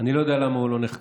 אני לא יודע למה הוא לא נחקר,